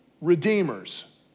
redeemers